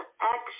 action